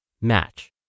Match